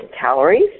calories